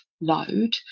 load